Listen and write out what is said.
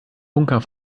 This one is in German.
bunker